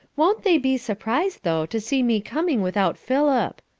won't they be surprised, though, to see me coming without philip,